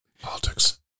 Politics